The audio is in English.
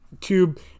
tube